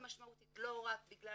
לא רק בגלל